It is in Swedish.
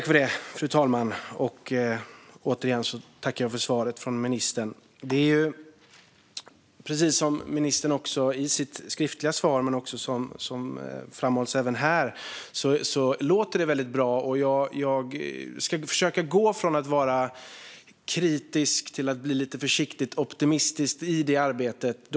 Fru talman! Återigen tackar jag för svaret från ministern. Precis som ministern säger i sitt skriftliga svar och som framhålls även här låter det väldigt bra. Jag ska försöka gå från att vara kritisk till att bli lite försiktigt optimistisk i det arbetet.